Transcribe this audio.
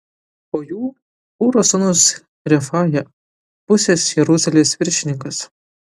po jų hūro sūnus refaja pusės jeruzalės viršininkas